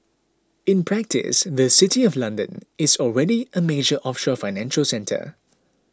in practice the City of London is already a major offshore financial centre